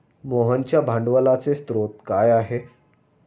मोहनच्या भांडवलाचे स्रोत काय आहे?